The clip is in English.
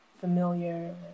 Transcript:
familiar